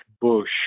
Bush